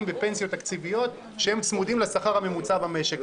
בפנסיות תקציביות שצמודים לשכר הממוצע במשק,